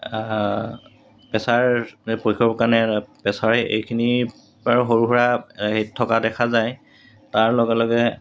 pressure পৰীক্ষকৰ কাৰণে প্ৰেছাৰেই এইখিনিৰপৰা আৰু সৰু সুৰা হেৰিত থকা দেখা যায় তাৰ লগে লগে